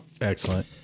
Excellent